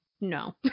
no